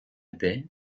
baie